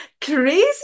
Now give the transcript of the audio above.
crazy